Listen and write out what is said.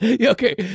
okay